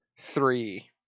three